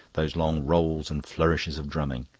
those long rolls and flourishes of drumming.